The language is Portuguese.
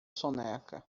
soneca